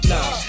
Nah